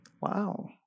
Wow